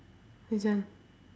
which one